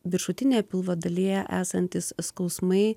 viršutinėje pilvo dalyje esantys skausmai